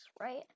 right